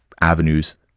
avenues